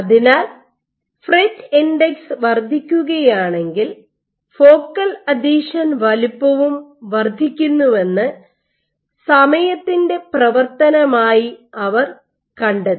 അതിനാൽ FRET index വർദ്ധിക്കുകയാണെങ്കിൽ focal adhesion വലുപ്പവും വർദ്ധിക്കുന്നുവെന്ന് സമയത്തിന്റെ പ്രവർത്തനമായി അവർ കണ്ടെത്തി